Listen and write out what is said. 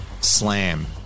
slam